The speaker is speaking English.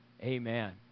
Amen